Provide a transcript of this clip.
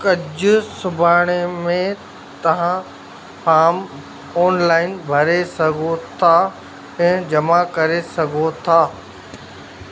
कुझु सुभाणे में तव्हां फाम ऑनलाइन भरे सघो था ऐं जमा करे सघो था